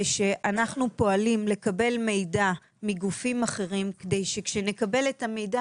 פועלים לקבל מידע מגופים אחרים כדי שכשנקבל את המידע